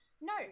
no